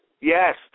Yes